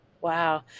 wow